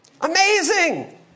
Amazing